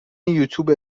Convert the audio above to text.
یوتوب